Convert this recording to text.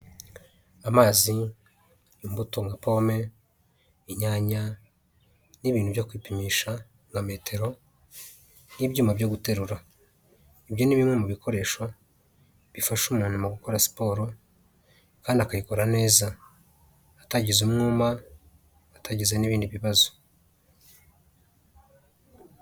Amazi, imbuto nka pome, inyanya n'ibintu byo kwipimisha nka metero n'ibyuma byo guterura. Ibyo ni bimwe mu bikoresho bifasha umuntu mu gukora siporo kandi akayikora neza, atagize umwuma, atagize n'ibindi bibazo.